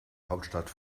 hauptstadt